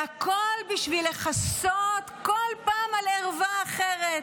והכול בשביל לכסות כל פעם על ערווה אחרת.